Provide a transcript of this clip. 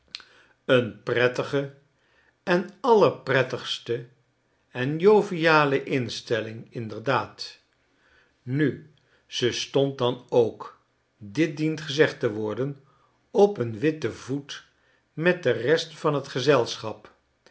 een prettige en allerprettigste en joviale instelling inderdaad nu ze stond dan ook dit dient gezegd te worden op een witten voet met de rest van t gezelschap